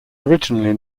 originally